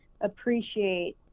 appreciate